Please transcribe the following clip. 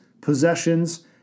possessions